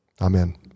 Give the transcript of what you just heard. Amen